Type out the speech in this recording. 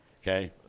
Okay